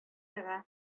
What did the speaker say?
чыга